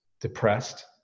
depressed